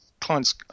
clients